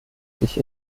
sich